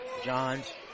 Johns